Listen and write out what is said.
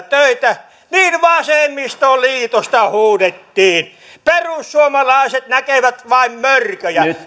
töitä vasemmistoliitosta huudettiin perussuomalaiset näkevät vain mörköjä no nyt